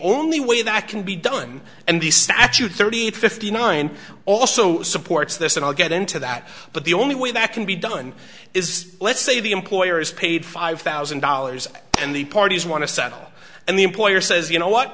only way that can be done and the statute thirty eight fifty nine also supports this and i'll get into that but the only way that can be done is let's say the employer is paid five thousand dollars and the parties want to settle and the employer says you know what